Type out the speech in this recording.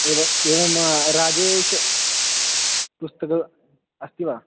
यद् वयमा राजेशपुस्तकम् अस्ति वा